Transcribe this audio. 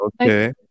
okay